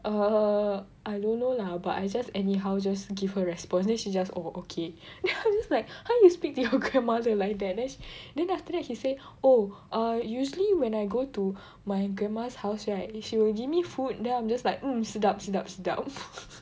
err I don't know lah but I just anyhow just give her response then she just oh okay then I'm just like how you speak to your grandmother like that then then after that he say oh ah usually when I go to my grandma's house right she will give me food then I'm just like um sedap sedap sedap